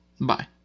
Bye